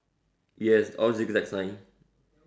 yes all zig-zag sign